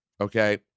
okay